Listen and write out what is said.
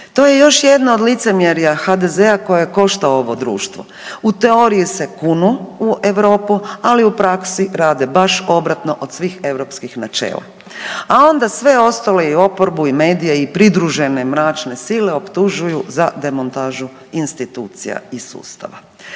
To je još jedno od licemjerja HDZ-a koje košta ovo društvo. U teoriji se kunu u Europu, ali u praksi rade baš obratno od svih europskih načela. A onda sve ostalo i oporbu i medije i pridružene mračne sile optužuju za demontažu institucija i sustava.